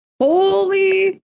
Holy